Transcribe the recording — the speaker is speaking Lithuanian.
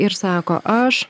ir sako aš